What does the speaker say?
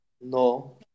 No